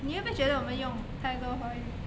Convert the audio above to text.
你会不会觉得我们用太多华语